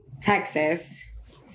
Texas